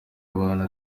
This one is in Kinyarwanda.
abantu